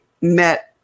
met